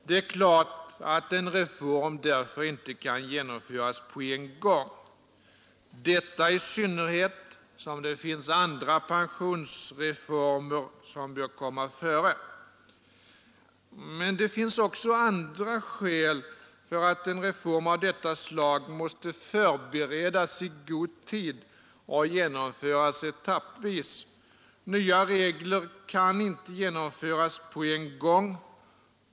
Därför kan naturligtvis en reform inte genomföras på en gång, detta i synnerhet som det finns andra pensionsreformer som bör komma före. Men det finns också andra skäl för att en reform av detta slag måste förberedas i god tid och genomföras etappvis. Nya regler kan inte genomföras på en gång.